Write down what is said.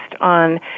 on